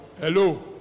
Hello